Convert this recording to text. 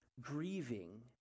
Grieving